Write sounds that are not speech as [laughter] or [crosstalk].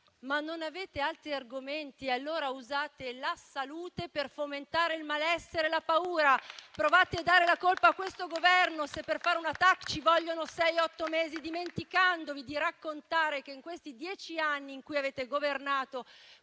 Non avete altri argomenti e allora usate la salute per fomentare il malessere e la paura. [applause] Provate a dare la colpa a questo Governo se per fare una TAC ci vogliono sei-otto mesi, dimenticandovi di raccontare che in questi dieci anni in cui avete governato